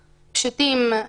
פשוטים.